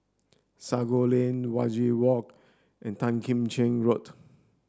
Sago Lane Wajek Walk and Tan Kim Cheng Road